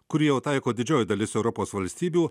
kurį jau taiko didžioji dalis europos valstybių